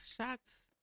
Shots